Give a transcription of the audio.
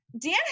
Dan